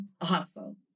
Awesome